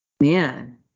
man